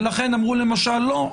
ולכן אמרו למשל: לא,